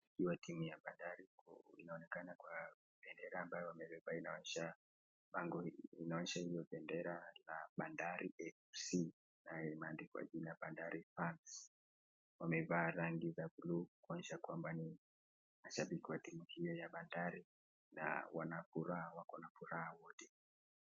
hiiwa timu ya Bandari inaonekana kwa bendera ambayo wamebeba inaonyesha bango hii inaonyesha hiyo bendera la Bandari FC na imeandikwa jina Bandari[cs ]fans[cs ].Wamevaa rangi za bluu kuonyesha kwamba ni mashabiki wa timu hiyo ya Bandari na wana furaha, wako na furaha wote.